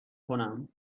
کنم